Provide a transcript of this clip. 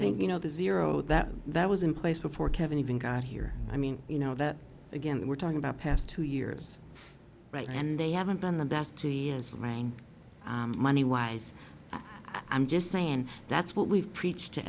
think you know the zero that that was in place before kevin even got here i mean you know that again we're talking about past two years right now and they haven't been the best two years rank money wise i'm just saying that's what we've preached to